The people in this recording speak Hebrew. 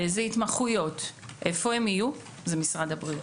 באיזה התמחויות, איפה הם יהיו, זה משרד הבריאות.